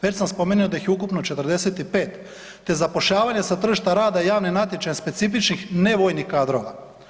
Već sam spomenuo da ih je ukupno 45 te zapošljavanje sa tržišta rada i javnih natječaja specifičnih nevojnih kadrova.